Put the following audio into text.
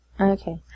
Okay